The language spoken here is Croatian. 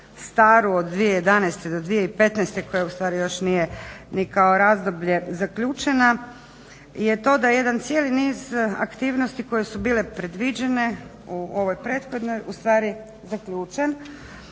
staru od 2011. do 2015. koja ustvari još nije ni kao razdoblje zaključena, je to da jedan cijeli niz aktivnosti koje su bile predviđene u ovoj prethodnoj ustvari zaključen,